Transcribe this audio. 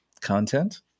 content